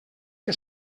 que